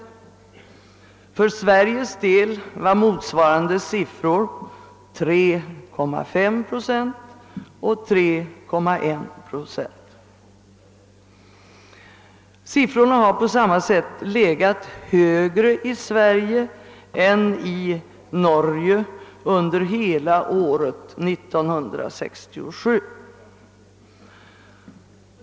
För Sveriges del var motsvarande siffror 3,5 respektive 3,1 procent. Siffrorna har på samma sätt legat högre i Sverige än i Norge under hela året 1967.